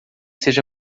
seja